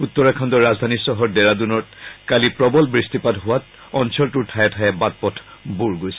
উত্তৰাখণ্ডৰ ৰাজধানী চহৰ ডেৰাডুনৰত কালি প্ৰবল বৃষ্টিপাত হাৱাত অঞ্চলটোৰ ঠায়ে ঠায়ে ঘাইপথ বুৰ গৈছে